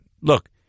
look